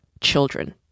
children